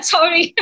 Sorry